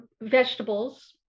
vegetables